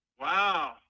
Wow